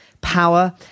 power